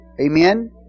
Amen